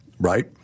right